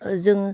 ओह जों